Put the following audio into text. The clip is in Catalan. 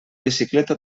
bicicleta